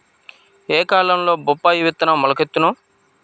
ఏ కాలంలో బొప్పాయి విత్తనం మొలకెత్తును?